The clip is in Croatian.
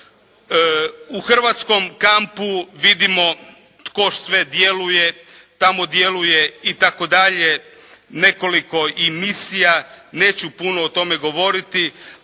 U hrvatskom kampu vidimo tko sve djeluje. Tamo djeluje itd. nekoliko i misija, neću puno o tome govoriti.